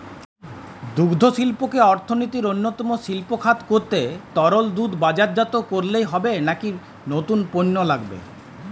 দুগ্ধশিল্পকে অর্থনীতির অন্যতম খাত করতে তরল দুধ বাজারজাত করলেই হবে নাকি নতুন পণ্য লাগবে?